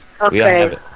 Okay